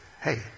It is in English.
hey